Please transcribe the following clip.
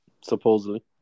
Supposedly